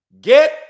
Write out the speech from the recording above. Get